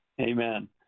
Amen